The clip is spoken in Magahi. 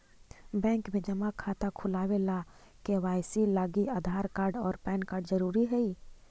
बैंक में जमा खाता खुलावे ला के.वाइ.सी लागी आधार कार्ड और पैन कार्ड ज़रूरी हई